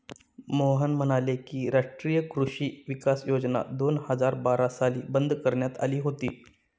मोहन म्हणाले की, राष्ट्रीय कृषी विकास योजना दोन हजार बारा साली बंद करण्यात आली होती